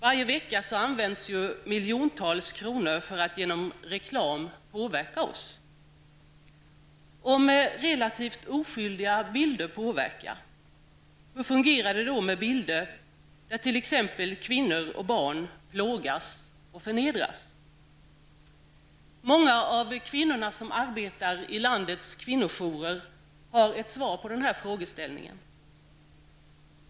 Varje vecka används miljontals kronor för att genom reklam påverka oss. Om relativt oskyldiga bilder påverkar, hur fungerar det då med bilder där t.ex. kvinnor och barn plågas och förnedras? Många av kvinnorna som arbetar på landets kvinnojourer har ett svar på denna frågeställning.